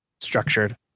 structured